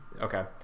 okay